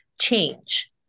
change